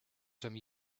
some